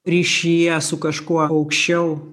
ryšyje su kažkuo aukščiau